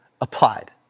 applied